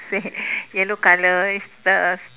yellow colour it's the